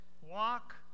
Walk